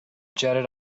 jetted